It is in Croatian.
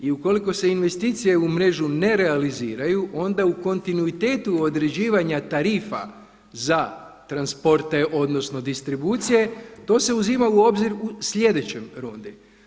I ukoliko se investicije u mrežu ne realiziraju onda u kontinuitetu određivanja tarifa za transporte odnosno distribucije, to se uzima u obzir u sljedećoj rundi.